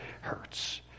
hurts